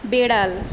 বেড়াল